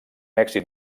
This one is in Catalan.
èxit